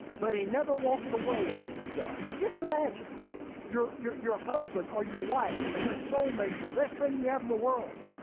but he never walks away from god. but just imagine your your husband or your wife, your soulmate, the best friend you have in the world.